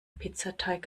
pizzateig